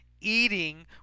eating